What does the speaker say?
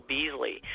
Beasley